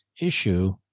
issue